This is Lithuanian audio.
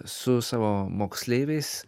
su savo moksleiviais